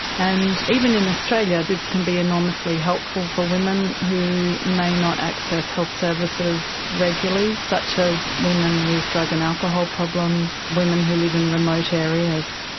and even in australia, thiscan be enormously helpful for women who may not access health services regularly, such as women with drug and alcohol problems, women who live in remote areas.